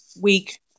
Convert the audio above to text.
week